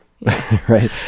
right